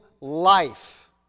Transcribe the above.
life